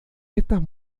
estas